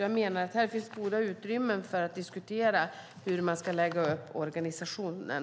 Jag menar att här finns goda utrymmen för att diskutera hur man ska lägga upp organisationen.